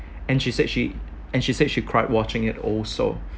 and she said she and she said she cried watching it also